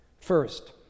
First